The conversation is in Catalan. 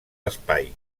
espai